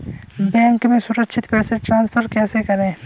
Bank से सुरक्षित पैसे ट्रांसफर कैसे करें?